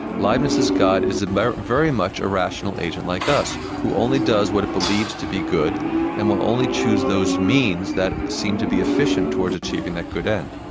leibniz's god is very very much a rational agent like us, who only does what it believes to be good and will only choose those means that seem to be efficient towards achieving that good end.